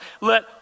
Let